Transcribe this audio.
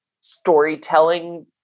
storytelling